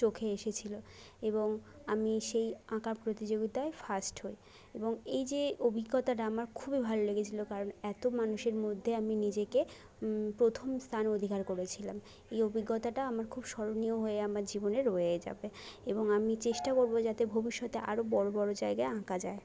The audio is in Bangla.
চোখে এসেছিলো এবং আমি সেই আঁকা প্রতিযোগিতায় ফার্স্ট হই এবং এই যে অভিজ্ঞতাটা আমার খুবই ভাল লেগেছিলো কারণ এতো মানুষের মধ্যে আমি নিজেকে প্রথম স্থান অধিকার করেছিলাম এই অভিজ্ঞতাটা আমার খুব স্মরণীয় হয়ে আমার জীবনে রয়ে যাবে এবং আমি চেষ্টা যাতে ভবিষ্যতে আরো বড়ো বড়ো জায়গায় আঁকা যায়